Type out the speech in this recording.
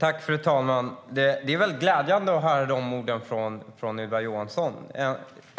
Fru talman! Det är väldigt glädjande att höra de orden från Ylva Johansson.